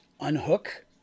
unhook